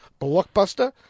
blockbuster